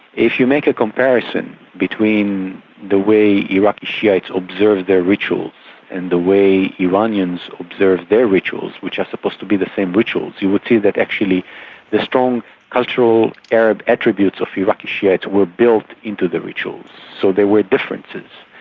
if you make a comparison comparison between the way iraqi shiites observe their rituals and the way iranians observe their rituals, which are supposed to be the same rituals, you would say that actually the strong cultural arab attributes of iraqi shiites were built into the rituals. so there were differences.